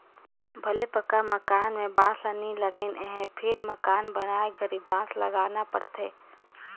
भले पक्का मकान में बांस ल नई लगईंन हे फिर मकान बनाए घरी बांस लगाना पड़थे